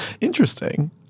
interesting